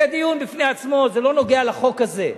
זה דיון בפני עצמו, זה לא נוגע לחוק הזה.